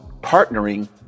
partnering